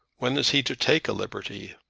when is he to take a liberty?